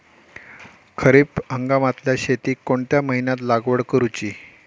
खरीप हंगामातल्या शेतीक कोणत्या महिन्यात लागवड करूची?